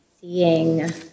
Seeing